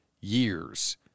years